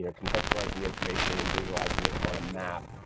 ah contextualizing the information and visualizing it on a map,